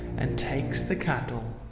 and takes the cattle,